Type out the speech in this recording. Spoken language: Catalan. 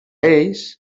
ells